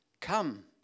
Come